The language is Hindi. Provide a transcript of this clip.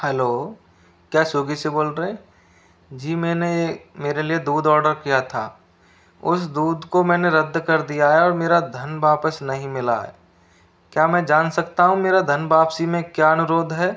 हलो क्या स्विगी से बोल रहे है जी मैंने मेरे लिए दूध आर्डर किया था उस दूध को मैंने रद्द कर दिया है और मेरा धन वापस नहीं मिला है क्या मैं जान सकता हूँ मेरा धन वापसी में क्या अनुरोध है